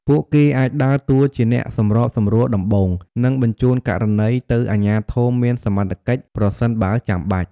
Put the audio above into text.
ពួកគេអាចដើរតួជាអ្នកសម្របសម្រួលដំបូង និងបញ្ជូនករណីទៅអាជ្ញាធរមានសមត្ថកិច្ចប្រសិនបើចាំបាច់។